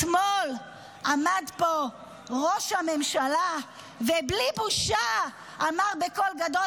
אתמול עמד פה ראש הממשלה ובלי בושה אמר בקול גדול,